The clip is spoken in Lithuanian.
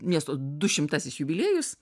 miesto dušimtasis jubiliejus